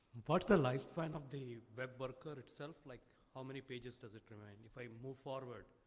what's the lifetime of the web worker itself? like how many pages does it remain? if i move forward,